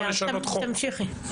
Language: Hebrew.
תמשיכי.